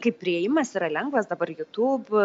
kai priėjimas yra lengvas dabar jutūb